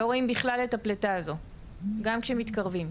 לא רואים בכלל את הפליטה הזו גם כשמתקרבים.